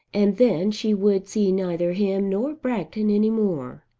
and then she would see neither him nor bragton any more.